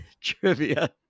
trivia